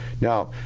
Now